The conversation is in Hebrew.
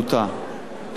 את ההתנגדויות,